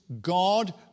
God